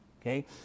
Okay